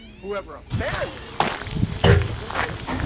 whoever offends look over here